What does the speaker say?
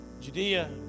Judea